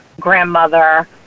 grandmother